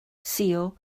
suo